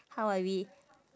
how I wi~